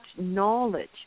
knowledge